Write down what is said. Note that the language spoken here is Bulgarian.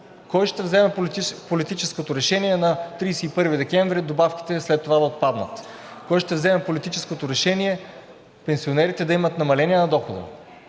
кой ще вземе политическото решение на 31 декември добавките след това да отпаднат? Кой ще вземе политическото решение пенсионерите да имат намаление на доходите?